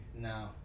No